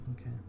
Okay